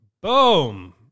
Boom